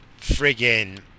Friggin